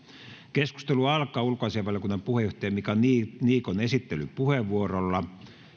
keskustelu alkaa ulkoasiainvaliokunnan puheenjohtajan mika niikon esittelypuheenvuorolla